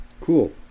Cool